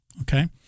Okay